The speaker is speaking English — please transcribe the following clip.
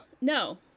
No